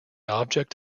object